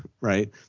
right